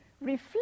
reflect